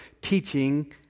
teaching